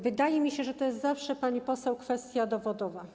Wydaje mi się, że to jest zawsze, pani poseł, kwestia dowodowa.